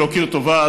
ולהכיר טובה,